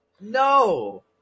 no